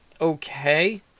okay